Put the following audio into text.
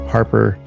Harper